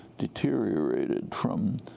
deteriorated from